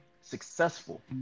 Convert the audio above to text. successful